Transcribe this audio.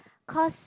cause